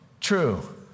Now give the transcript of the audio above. True